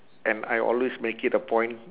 and I always make it a point